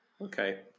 Okay